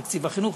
תקציב החינוך.